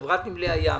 חברת נמלי הים,